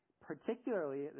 particularly